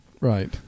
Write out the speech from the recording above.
Right